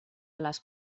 les